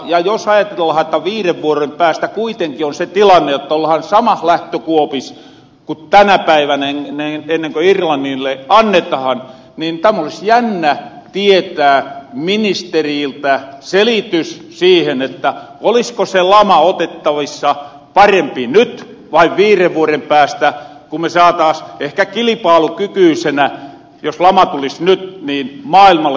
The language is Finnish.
ja jos ajatellahan että viiden vuoden päästä kuitenkin on se tilanne jotta ollahan samois lähtökuopis kun tänä päivänä ennen kun irlannille annetahan niin olis jännä tietää ministeriltä selitys siihen että olisko se lama otettavissa paremmin nyt vai viiren vuoden päästä kun me saataas ehkä kilipaalukykyysenä jos lama tulis nyt maailmalle tuotetta viedä